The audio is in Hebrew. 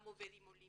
גם עובד עם עולים